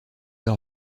leur